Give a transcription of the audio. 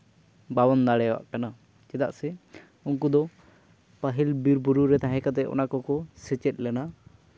ᱵᱟᱵᱚᱱ ᱫᱟᱲᱮᱭᱟᱜ ᱠᱟᱱᱟ ᱪᱮᱫᱟᱜ ᱥᱮ ᱩᱱᱠᱩ ᱫᱚ ᱯᱟᱹᱦᱤᱞ ᱵᱤᱨᱼᱵᱩᱨᱩ ᱨᱮ ᱛᱟᱦᱮᱸ ᱠᱟᱛᱮᱜ ᱚᱱᱟ ᱠᱚᱠᱚ ᱥᱮᱪᱮᱫ ᱞᱮᱱᱟ